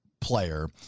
player